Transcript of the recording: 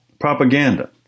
Propaganda